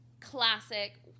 Classic